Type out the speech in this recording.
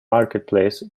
marketplace